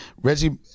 Reggie